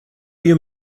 you